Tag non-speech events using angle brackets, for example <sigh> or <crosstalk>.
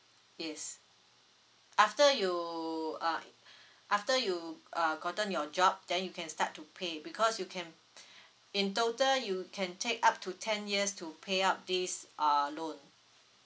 yes after you uh after you uh gotten your job then you can start to pay because you can <breath> in total you can take up to ten years to pay up this uh loan